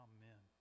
Amen